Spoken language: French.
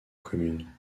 commune